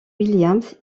williams